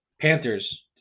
Panthers